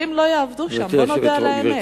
ישראלים לא יעבדו שם, בוא נודה על האמת.